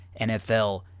NFL